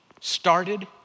started